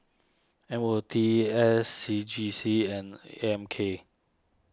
M O T S C G C and A M K